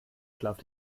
schlaf